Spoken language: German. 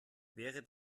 wäre